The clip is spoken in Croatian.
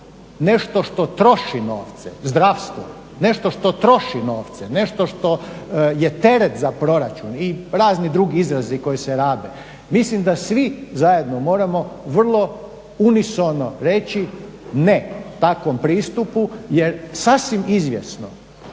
nešto što troši novce, zdravstvo, nešto što troši novce, nešto što je teret za proračun i razni drugi izrazi koji se rabe. Mislim da svi zajedno moramo vrlo unisono reći ne takvom pristupu jer sasvim izvjesno